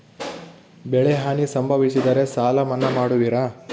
ಬೆಳೆಹಾನಿ ಸಂಭವಿಸಿದರೆ ಸಾಲ ಮನ್ನಾ ಮಾಡುವಿರ?